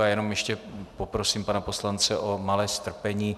Já jenom ještě poprosím pana poslance o malé strpení.